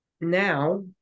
now